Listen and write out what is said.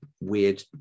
weird